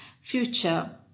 future